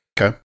Okay